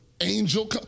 angel